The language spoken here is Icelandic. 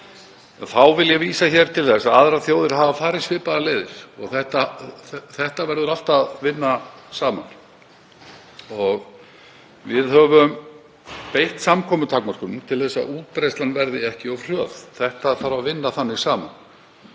Þá vil ég vísa til þess að aðrar þjóðir hafa farið svipaðar leiðir og þetta verður allt að vinna saman. Við höfum beitt samkomutakmörkunum til að útbreiðslan verði ekki of hröð, þetta þarf að vinna þannig saman.